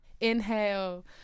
Inhale